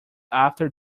after